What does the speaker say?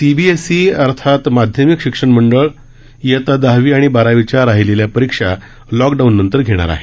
CBSE अर्थात केंद्रीय माध्यमिक शिक्षण मंडळ इयता दहावी आणि बारावीच्या राहिलेल्या परीक्षा लॉकडाऊननंतर घेणार आहे